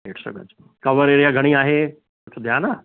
ॾेढ सौ गज में कवर एरिया घणी आहे कुझु ध्यानु आहे